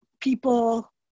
people